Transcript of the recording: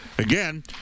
Again